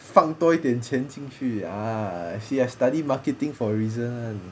放多一点钱进去 ah see I study marketing for reason